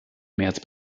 märz